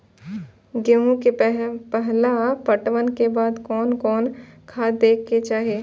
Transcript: गेहूं के पहला पटवन के बाद कोन कौन खाद दे के चाहिए?